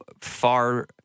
far